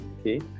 okay